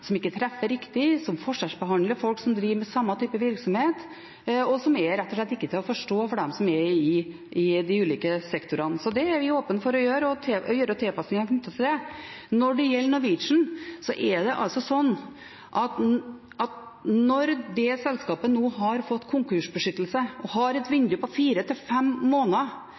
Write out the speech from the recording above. som ikke treffer riktig, som forskjellsbehandler folk som driver med samme type virksomhet, og som rett og slett ikke er til å forstå for dem som er i de ulike sektorene. Så vi er åpne for å gjøre tilpasninger knyttet til det. Når det gjelder Norwegian, er det altså slik at selskapet nå har fått konkursbeskyttelse og har et vindu på fire–fem måneder til